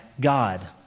God